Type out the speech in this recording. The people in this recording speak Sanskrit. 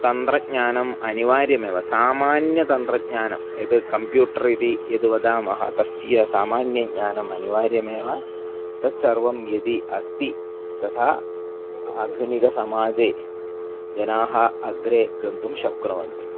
तन्त्रज्ञानम् अनिवार्यमेव सामान्यतन्त्रज्ञानं यद् कम्प्यूटर् इति यद् वदामः तस्य सामान्यज्ञानम् अनिवार्यमेव तत्सर्वं यदि अस्ति तथा आधुनिकसमाजे जनाः अग्रे गन्तुं शक्नुवन्ति